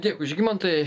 dėkui žygimantai